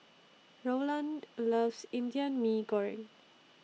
Rowland loves Indian Mee Goreng